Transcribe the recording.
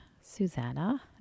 susanna